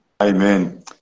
Amen